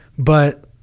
but